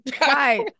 Right